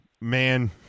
Man